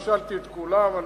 לא שאלתי את כולם.